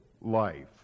life